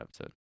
episode